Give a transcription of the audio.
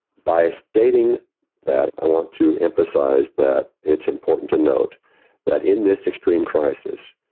by stating that, i want to emphasize that it's important to note that in this extreme crisis,